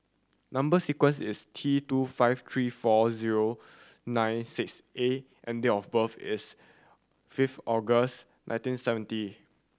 number sequence is T two five three four zero nine six A and date of birth is fifth August nineteen seventy